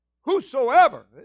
Whosoever